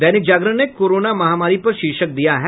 दैनिक जागरण ने कोरोना महामारी पर शीर्षक दिया है